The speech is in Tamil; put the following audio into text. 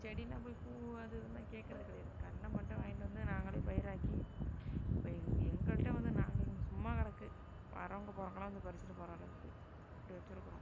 செடின்னால் போய் பூ அது இதுனெலாம் கேட்குறது கிடையாது கன்றை மட்டும் வாங்கிட்டு வந்து நாங்களே பயிராக்கி இப்போ எங் எங்கள்கிட்ட வந்து நாங்கள் இங்கே சும்மா கிடக்கு வரவங்க போகிறவங்களாம் வந்து பறிச்சுட்டு போகிற அளவுக்கு அப்படி வச்சுருக்குறோம்